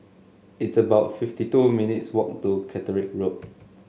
it's about fifty two minutes' walk to Caterick Road